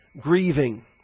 Grieving